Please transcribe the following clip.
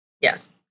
yes